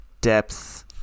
depth